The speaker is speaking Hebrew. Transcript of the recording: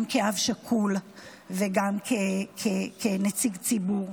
גם כאב שכול וגם כנציג ציבור: